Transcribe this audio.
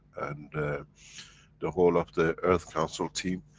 and the whole of the earth council team.